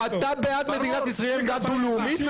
אתה בעד מדינת ישראל דו לאומית,